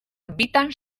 bitan